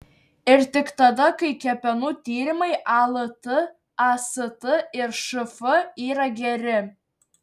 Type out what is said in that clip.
ir tik tada kai kepenų tyrimai alt ast ir šf yra geri